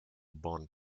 bond